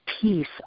Peace